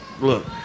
Look